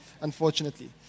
unfortunately